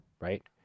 Right